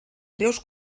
greus